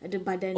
ada badan